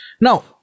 Now